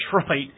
Detroit